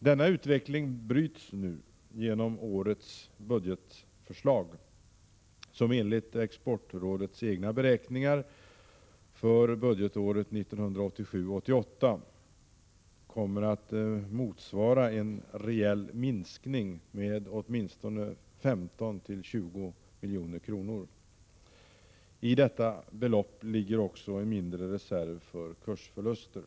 Denna utveckling bryts nu genom årets budgetförslag, som enligt Exportrådets egna beräkningar för 1987/88 kommer att motsvara en reell minskning med åtminstone 15-20 milj.kr. I detta belopp ligger också en mindre reserv för kursförluster.